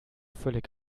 völlig